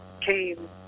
came